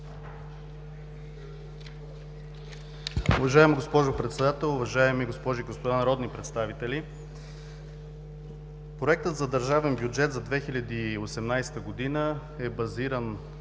Уважаема госпожо Председател, уважаеми госпожи и господа народни представители! Проектът за държавен бюджет за 2018 г. е базиран